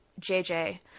JJ